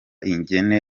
ingene